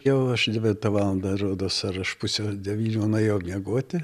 jau aš devintą valandą rodos ar aš pusę devynių nuėjau miegoti